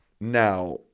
Now